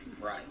Right